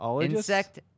Insect